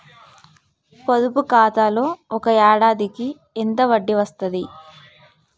పొదుపు ఖాతాలో ఒక ఏడాదికి ఎంత వడ్డీ వస్తది?